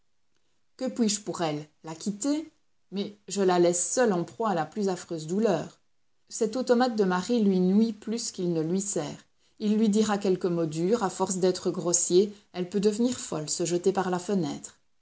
que puis-je pour elle la quitter mais je la laisse seule en proie à la plus affreuse douleur cet automate de mari lui nuit plus qu'il ne lui sert il lui dira quelque mot dur à force d'être grossier elle peut devenir folle se jeter par la fenêtre